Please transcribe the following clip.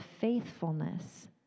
faithfulness